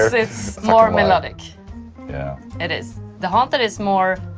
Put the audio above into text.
it's more melodic yeah. it is, the haunted is more.